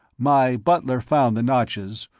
my butler found the notches,